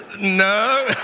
no